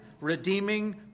redeeming